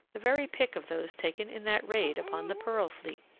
the very pick of those taken in that raid upon the pearl fleet.